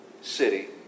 city